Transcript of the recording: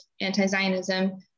anti-Zionism